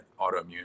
autoimmune